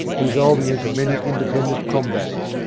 resolving into many independent combats,